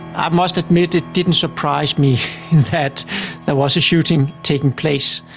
i must admit it didn't surprise me that there was a shooting taking place.